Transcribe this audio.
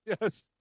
Yes